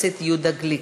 חבר הכנסת יהודה גליק,